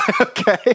Okay